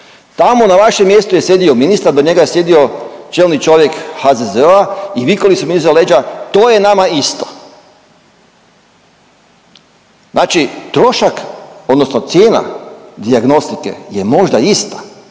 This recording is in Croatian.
Tamo na vašem mjestu je sjedio ministar, do njega je sjedio čelni čovjek HZZO-a i vikali su mi iza leđa, to je nama isto. Znači trošak odnosno cijena dijagnostike je možda ista,